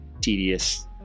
tedious